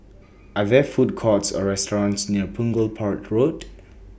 Are There Food Courts Or restaurants near Punggol Port Road